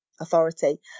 authority